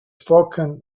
spoken